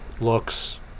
looks